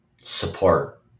support